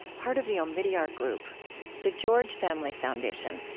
part of the omidyar group the george family foundation,